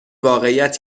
واقعیت